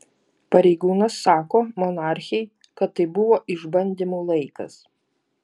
pareigūnas sako monarchei kad tai buvo išbandymų laikas